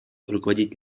руководить